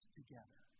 together